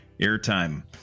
airtime